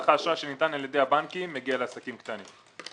מסחר האשראי שניתן על-ידי הבנקים מגיע לעסקים קטנים;